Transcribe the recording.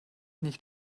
nicht